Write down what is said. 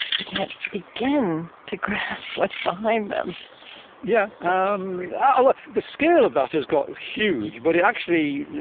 we can't begin to grasp what's behind them yeah. um ah like the scale of that has gotten huge, but actually,